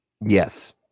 Yes